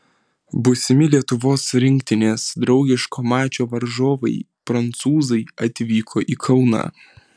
būsimi lietuvos rinktinės draugiško mačo varžovai prancūzai atvyko į kauną